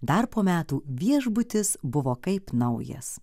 dar po metų viešbutis buvo kaip naujas